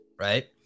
right